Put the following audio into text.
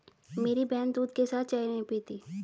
मेरी बहन दूध के साथ चाय नहीं पीती